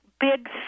big